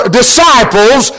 disciples